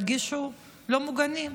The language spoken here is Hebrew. ירגישו לא מוגנים.